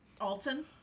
alton